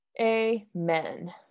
Amen